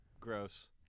Gross